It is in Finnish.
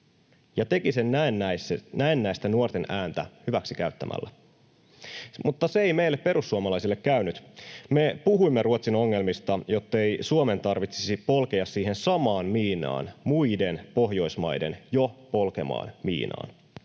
ja teki sen näennäistä nuorten ääntä hyväksikäyttämällä. Mutta se ei meille perussuomalaisille käynyt. Me puhuimme Ruotsin ongelmista, jottei Suomen tarvitsisi polkea siihen samaan miinaan, muiden Pohjoismaiden jo polkemaan miinaan.